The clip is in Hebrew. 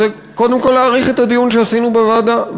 אני רוצה קודם כול להעריך את הדיון שעשינו בוועדה.